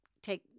take